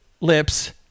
lips